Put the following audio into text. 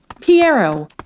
Piero